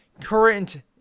current